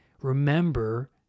remember